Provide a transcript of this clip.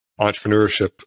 entrepreneurship